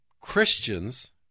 Christians